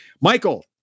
Michael